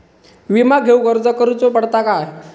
विमा घेउक अर्ज करुचो पडता काय?